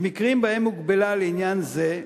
במקרים שבהם הוגבלה לעניין זה,